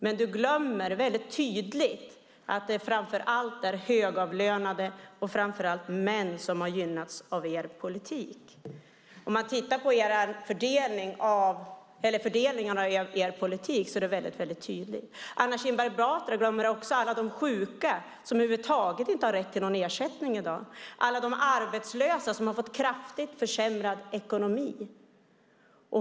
Men du glömmer att det framför allt är högavlönade, och framför allt män, som har gynnats av er politik. Anna Kinberg Batra glömmer också alla de sjuka som inte har rätt till någon ersättning över huvud taget och alla arbetslösa som har kraftigt försämrad ekonomi.